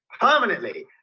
Permanently